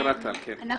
אנחנו